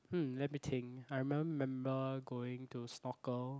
hmm let me think I remember member going to snorkel